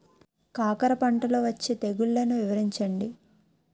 కాకర పంటలో వచ్చే తెగుళ్లను వివరించండి?